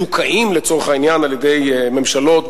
מדוכאים לצורך העניין על-ידי ממשלות,